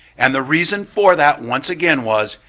and the reason for that, once again was,